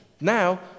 now